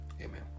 Amen